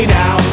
now